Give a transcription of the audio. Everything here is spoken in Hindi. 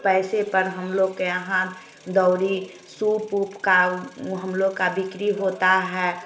पैसे पर हम लोग के यहाँ दवरी सूप ऊप का हम लोग का बिक्री होता है